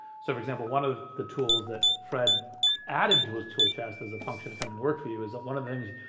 so for example, one of the tools that fred added to his tool chest as a function of coming to work for you is that one of the things,